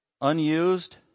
unused